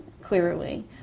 clearly